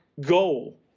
goal